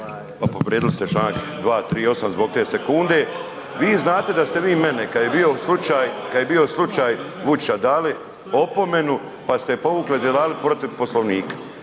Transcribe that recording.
Povrijedili ste Članak 238. zbog te sekunde, vi znate da ste vi mene kad je bio slučaj, kad je bio slučaj Vučića dali opomenu pa ste je povukli …/nerazumljivo/… protiv Poslovnika,